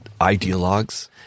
ideologues